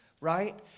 right